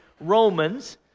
Romans